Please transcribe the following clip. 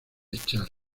echar